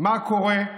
מה קורה?